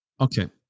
Okay